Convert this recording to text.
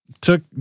took